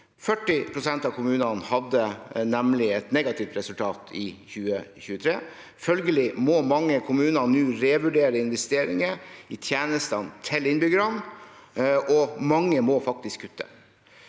40 pst. av kommunene som hadde et negativt resultat i 2023. Følgelig må mange kommuner nå revurdere investeringer i tjenestene til innbyggerne, og mange må faktisk kutte.